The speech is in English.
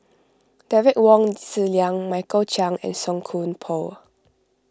Derek Wong Zi Liang Michael Chiang and Song Koon Poh